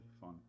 fun